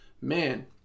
man